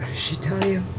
she tell you?